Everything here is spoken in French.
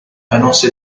annonce